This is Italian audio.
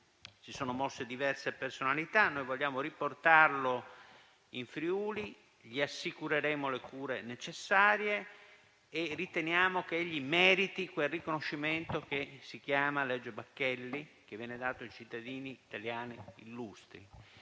si sono mosse diverse personalità. Noi vogliamo riportarlo in Friuli, dove gli assicureremo le cure necessarie. Noi riteniamo che egli meriti quel riconoscimento che si chiama legge Bacchelli, che viene concesso ai cittadini italiani illustri.